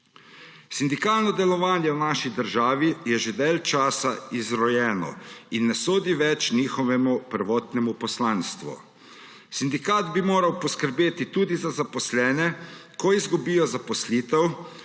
Sindikalno delovanje v naši državi je že dalj časa izrojeno in ne sledi več njihovemu prvotnemu poslanstvu. Sindikat bi moral poskrbeti tudi za zaposlene, ko izgubijo zaposlitev,